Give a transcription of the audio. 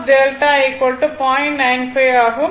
95 ஆகும்